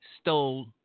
stole